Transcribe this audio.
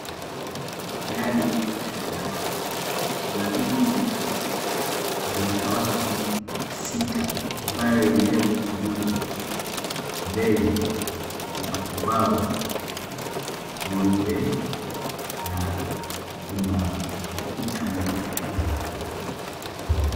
Ndani ya darasa, kuna viti vitatu na madawati sita ambayo yamewekwa pamoja mbele ya ubao mweupe na kuna ukuta mweupe pia.